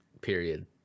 period